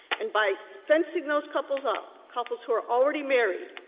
and by fencing those couples off, couples who are already married,